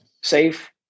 safe